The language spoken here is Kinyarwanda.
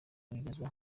bigezweho